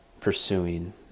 pursuing